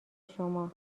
شما